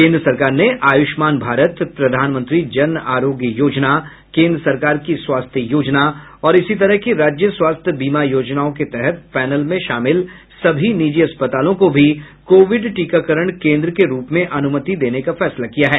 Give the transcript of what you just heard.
केंद्र सरकार ने आयूष्मान भारत प्रधानमंत्री जन आरोग्य योजना केंद्र सरकार की स्वास्थ्य योजना और इसी तरह की राज्य स्वास्थ्य बीमा योजनाओं के तहत पैनल में शामिल सभी निजी अस्पतालों को भी कोविड टीकाकरण केंद्र के रूप में अनुमति देने का फैसला किया है